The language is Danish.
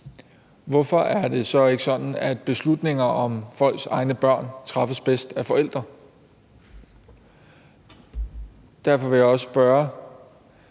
Hvorfor er det så ikke sådan, at beslutninger om folks egne børn træffes bedst af forældre? Derfor vil jeg også spørge,